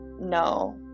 no